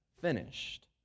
finished